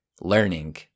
learning